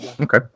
Okay